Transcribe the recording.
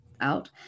out